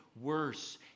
worse